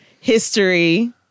history